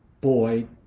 boy